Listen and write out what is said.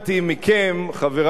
חברי במרצ,